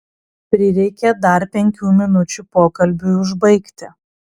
prireikė dar penkių minučių pokalbiui užbaigti